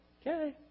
Okay